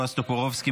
בועז טופורובסקי,